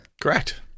Correct